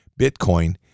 Bitcoin